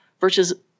versus